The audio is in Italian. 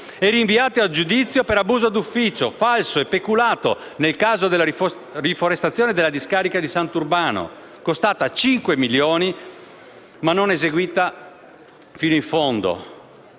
e rinviato a giudizio per abuso d'ufficio, falso e peculato nel caso della riforestazione della discarica di Sant'Urbano, costata 5 milioni, ma non eseguita come dovuto.